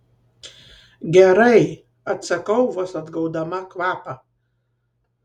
gerai atsakau vos atgaudama kvapą